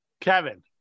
kevin